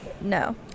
No